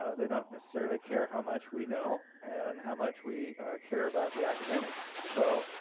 they don't necessarily care how much we know and and how much we care about the academics. so